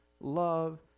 love